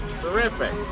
Terrific